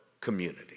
community